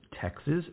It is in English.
Texas